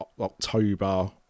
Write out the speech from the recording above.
October